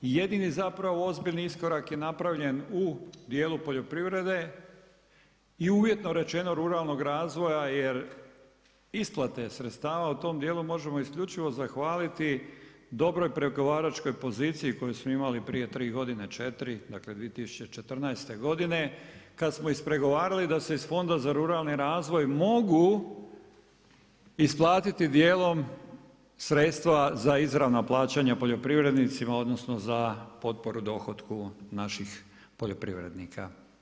Jedini zapravo ozbiljni iskorak je napravljen u dijelu poljoprivrede i uvjetno rečeno ruralnog razvoja jer isplate sredstava u tom dijelu možemo isključivo zahvaliti dobroj pregovaračkoj poziciji koju smo imali prije 3 godine, 4. Dakle, 2014. godine, kad smo ispregovarali da se iz fonda za ruralni razvoj mogu isplatiti dijelom sredstva za izravna plaćanja poljoprivrednicima, odnosno, za potporu dohotku naših poljoprivrednika.